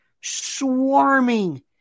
swarming